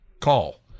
Call